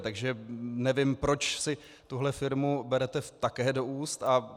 Takže nevím, proč si tuhle firmu berete také do úst.